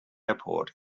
airport